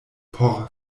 por